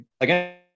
again